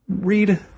read